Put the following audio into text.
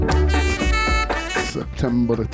September